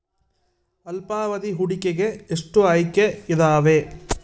ಅಲ್ಪಾವಧಿ ಹೂಡಿಕೆಗೆ ಎಷ್ಟು ಆಯ್ಕೆ ಇದಾವೇ?